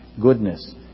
Goodness